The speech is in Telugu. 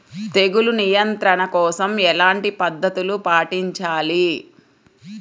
తెగులు నియంత్రణ కోసం ఎలాంటి పద్ధతులు పాటించాలి?